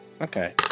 Okay